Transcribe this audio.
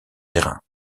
thérain